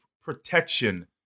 protection